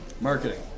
Marketing